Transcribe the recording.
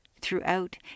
throughout